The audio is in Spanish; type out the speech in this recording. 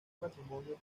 matrimonio